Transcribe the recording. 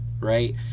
Right